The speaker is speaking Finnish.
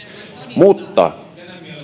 mutta